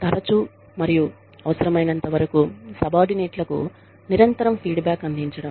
తరచూ మరియు అవసరమైనంతవరకు సబార్డినేట్లకు నిరంతరం ఫీడ్బ్యాక్ అందించడం